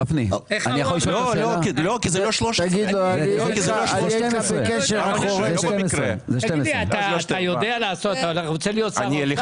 כי זה לא 13. זה 12. אתה רוצה להיות שר אוצר?